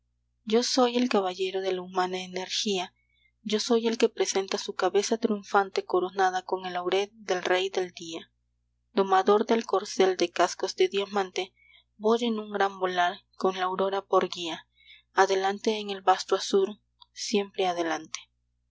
yo soy el caballero de la humana energía yo soy el que presenta su cabeza triunfante coronada con el laurel del rey del día domador del corcel de cascos de diamante voy en un gran volar con la aurora por guía adelante en el vasto azur siempre adelante